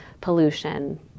pollution